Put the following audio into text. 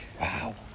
Wow